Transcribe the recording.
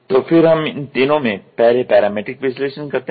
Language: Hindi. तो फिर हम इन तीनों में पहले पैरामीट्रिक विश्लेषण करते हैं